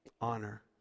Honor